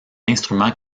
instrument